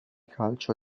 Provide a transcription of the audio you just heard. calcio